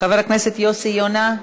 חבר הכנסת יוסי יונה,